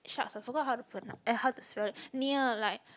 shucks I forgot how to pronounce eh how to spell it [nia] like